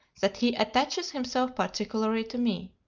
that he attaches himself particularly to me.